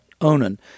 Onan